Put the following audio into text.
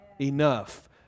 enough